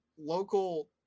local